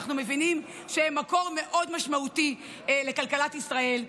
אנחנו מבינים שהם מקור מאוד משמעותי לכלכלת ישראל.